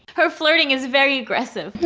her flirting is very aggressive.